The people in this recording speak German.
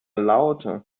laute